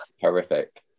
horrific